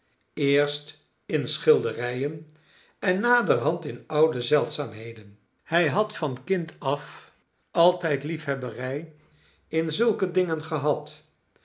eerst in schilderijen en naderhand in oude zeldzaamheden hij had van een kind af altijd liefhebberij in zulke dingen gehad